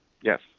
Yes